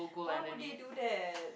why would they do that